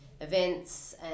events